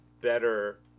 better